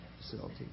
facility